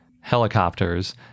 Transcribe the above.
helicopters